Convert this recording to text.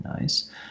nice